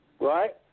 Right